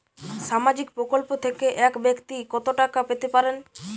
সামাজিক প্রকল্প থেকে এক ব্যাক্তি কত টাকা পেতে পারেন?